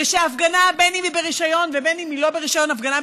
ושהפגנה, בין שהיא ברישיון ובין שהיא לא ברישיון,